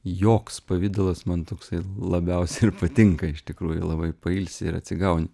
joks pavidalas man toksai labiausiai ir patinka iš tikrųjų labai pailsi ir atsigauni